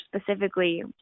specifically